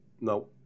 No